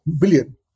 billion